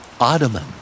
Ottoman